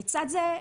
לצד זה,